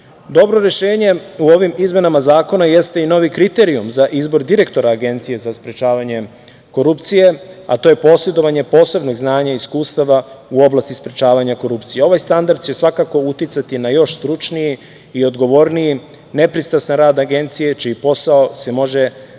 rešenje u ovim izmenama zakona jeste i novi kriteriju za izbor direktora Agencije za sprečavanje korupcije, a to je posedovanje posebnog znanja i iskustava u oblasti sprečavanja korupcije. Ovaj standard će svakako uticati na još stručniji i odgovorniji nepristrasan rad Agencije čiji posao se može nazvati